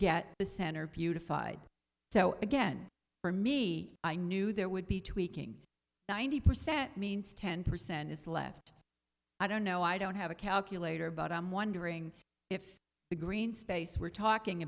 get the center beautified so again for me i knew there would be tweaking ninety percent means ten percent is left i don't know i don't have a calculator but i'm wondering if the green space we're talking